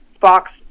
Fox